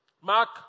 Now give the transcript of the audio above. Mark